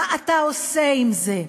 מה אתה עושה עם זה?